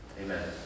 Amen